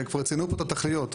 כבר ציינו פה את התכליות.